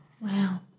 Wow